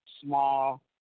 small